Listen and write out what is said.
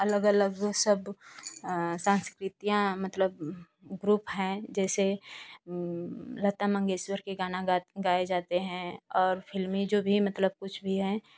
अलग अलग सब अ सांस्कृतियाँ मतलब ग्रुप हैं जैसे लता मंगेशकर के गाने गात गाये जाते हैं और फिल्मी जो भी मतलब कुछ भी हैं